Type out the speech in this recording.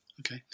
Okay